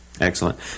Excellent